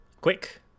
quick